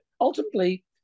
ultimately